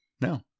No